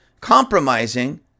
compromising